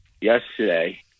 yesterday